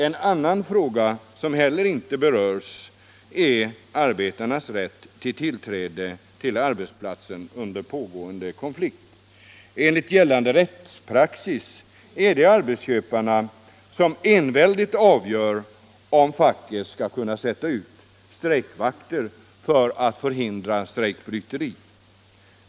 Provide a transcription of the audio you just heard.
En annan fråga som heller inte berörs är arbetarnas rätt till tillträde på arbetsplatsen under pågående konflikt. Enligt gällande rättspraxis är det arbetsköparna som enväldigt avgör om facket skall få sätta ut strejkvakter för att förhindra strejkbryteri.